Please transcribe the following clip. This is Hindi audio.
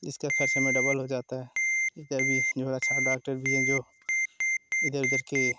इसका ख़र्चा में डबल हो जाता है इधर भी जो अच्छा डाक्टर भी है जो इधर उधर की